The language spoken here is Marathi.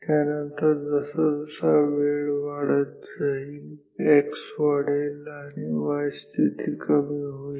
त्यानंतर जसाजसा वेळ वाढत जाईल x वाढेल आणि y स्थिती कमी होईल